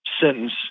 sentence